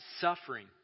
suffering